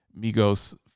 Migos